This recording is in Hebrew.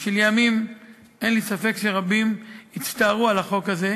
שלימים אין לי ספק שרבים הצטערו על החוק הזה,